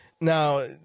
Now